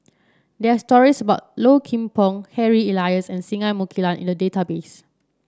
there are stories about Low Kim Pong Harry Elias and Singai Mukilan in the database